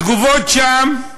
התגובות שם: